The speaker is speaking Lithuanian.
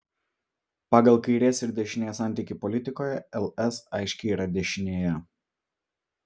pagal kairės ir dešinės santykį politikoje ls aiškiai yra dešinėje